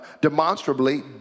demonstrably